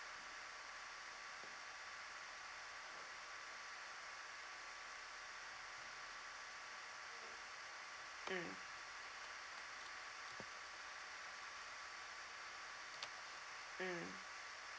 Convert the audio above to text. mm mm